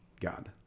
God